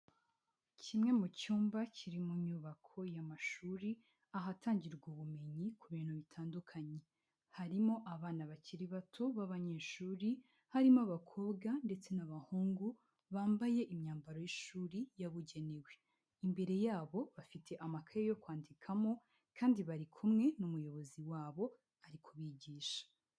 Kimwe mu cyumba kiri mu nyubako y'amashuri, ahatangirwa ubumenyi ku bintu bitandukanye, harimo abana bakiri bato b'abanyeshuri harimo abakobwa ndetse n'abahungu bambaye imyambaro y'ishuri yabugenewe. Imbere yabo bafite amakaye yo kwandikamo kandi bari kumwe n'umuyobozi wabo ari kubigisha.